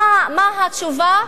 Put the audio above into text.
מה התשובה?